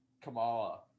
Kamala